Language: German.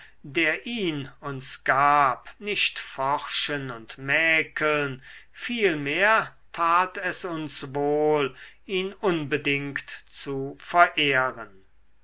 der ihn uns gab nicht forschen und mäkeln vielmehr tat es uns wohl ihn unbedingt zu verehren